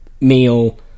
meal